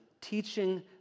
Teaching